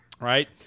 right